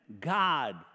God